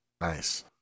nice